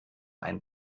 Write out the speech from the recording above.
ein